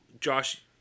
Josh